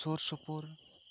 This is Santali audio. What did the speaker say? ᱥᱩᱨ ᱥᱩᱯᱩᱨ